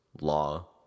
law